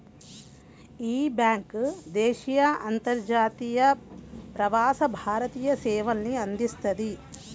యీ బ్యేంకు దేశీయ, అంతర్జాతీయ, ప్రవాస భారతీయ సేవల్ని అందిస్తది